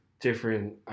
different